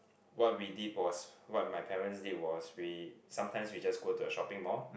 what we did was what my parents did was we sometimes we just go to a shopping mall